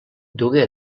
dugué